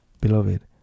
Beloved